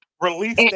release